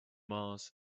mars